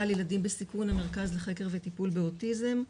לילדים בסיכון המרכז לחקר בטיפול באוטיזם.